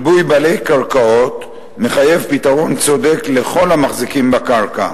ריבוי בעלי קרקעות מחייב פתרון צודק לכל המחזיקים בקרקע.